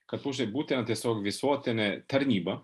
kad pusė būtent tiesiog visuotinė tarnyba